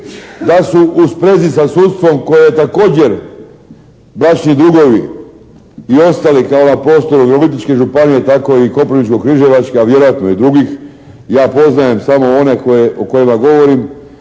da su u sprezi sa sudstvom koje je također bračni drugovi i ostali kao na prostoru Virovitičke županije tako i Koprivničko-križevačke, a vjerojatno i drugih. Ja poznajem samo one o kojima govorim,